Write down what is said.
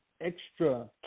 extra